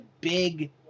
big